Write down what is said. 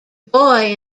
boy